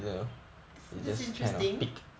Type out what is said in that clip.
that's interesting